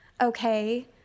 okay